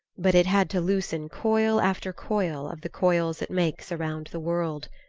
but it had to loosen coil after coil of the coils it makes around the world.